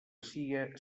sia